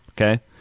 Okay